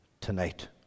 tonight